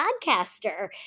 podcaster